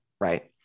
Right